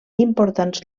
importants